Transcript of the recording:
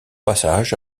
passage